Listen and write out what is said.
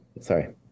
Sorry